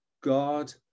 God